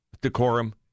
decorum